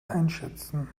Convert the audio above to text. einschätzen